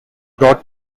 brought